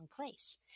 place